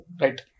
Right